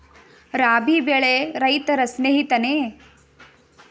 ರಾಬಿ ಬೆಳೆ ರೈತರ ಸ್ನೇಹಿತನೇ?